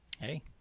Hey